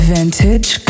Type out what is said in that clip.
Vintage